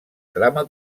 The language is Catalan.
trama